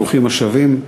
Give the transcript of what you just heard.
ברוכים השבים.